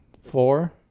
Four